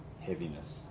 heaviness